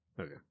Okay